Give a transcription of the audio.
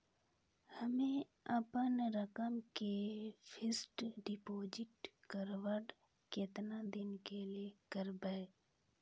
हम्मे अपन रकम के फिक्स्ड डिपोजिट करबऽ केतना दिन के लिए करबऽ?